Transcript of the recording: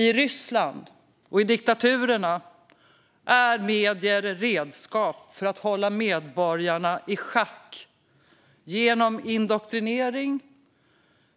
I Ryssland och i diktaturerna är medierna i stället redskap för att hålla medborgarna i schack genom indoktrinering